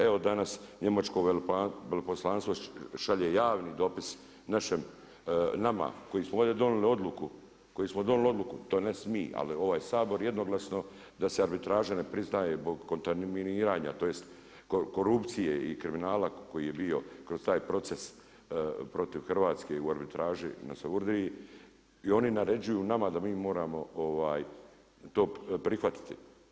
Evo danas Njemačko veleposlanstvo šalje javni dopis nama koji smo ovdje donijeli odluku, koji smo donijeli odluku, tj. ne mi ali ovaj Sabor jednoglasno da se arbitraža ne priznaje zbog kontaminiranja tj. korupcije i kriminala koji je bio kroz taj proces, protiv Hrvatske u arbitraži na Savudriji i oni naređuju nama da mi moramo to prihvatiti.